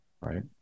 right